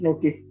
Okay